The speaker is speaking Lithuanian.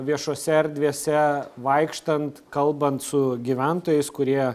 viešose erdvėse vaikštant kalbant su gyventojais kurie